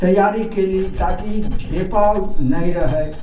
तैआरी केली ताकि ढेपा नहि रहै